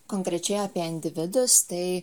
konkrečiai apie individus tai